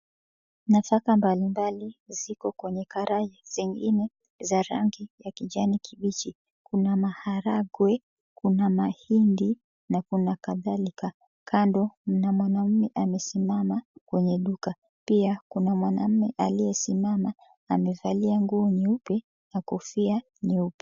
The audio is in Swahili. Nafaka mbali mbali ziko kwenye karai zingine za rangi ya kijani kibichi. Kuna maharagwe, kuna mahindi na kuna kadhalika. Kando mna mwanaume amesimama kwenye duka. Pia kuna mwanaume aliyesimama amevalia nguo nyeupe na kofia nyeupe.